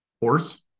horse